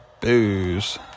booze